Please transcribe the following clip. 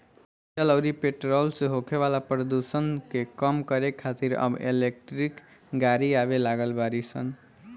diesel अउरी petrol से होखे वाला प्रदुषण के कम करे खातिर अब इलेक्ट्रिक गाड़ी आवे लागल बाड़ी सन